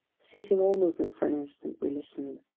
ceasing all movement for an instant, we listened.